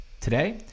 Today